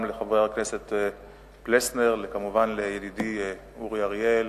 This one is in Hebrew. גם לחבר הכנסת פלסנר וכמובן לידידי אורי אריאל